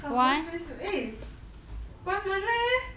ah boy face eh 关门 leh